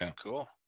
cool